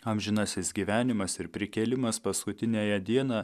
amžinasis gyvenimas ir prikėlimas paskutiniąją dieną